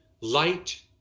light